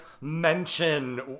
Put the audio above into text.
mention